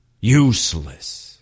Useless